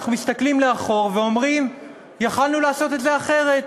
אנחנו מסתכלים לאחור ואומרים: יכולנו לעשות את זה אחרת.